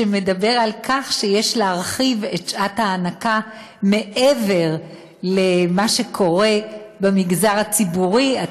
שמדבר על כך שיש להרחיב את שעת ההנקה מעבר למה שקורה במגזר הציבורי.